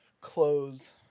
clothes